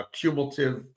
cumulative